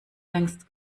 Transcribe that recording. längst